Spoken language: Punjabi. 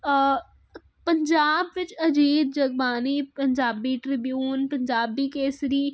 ਪੰਜਾਬ ਵਿੱਚ ਅਜੀਤ ਜਗਬਾਣੀ ਪੰਜਾਬੀ ਟ੍ਰਿਬਿਊਨ ਪੰਜਾਬ ਕੇਸਰੀ